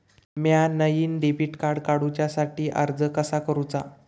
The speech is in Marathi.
म्या नईन डेबिट कार्ड काडुच्या साठी अर्ज कसा करूचा?